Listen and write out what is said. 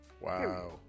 Wow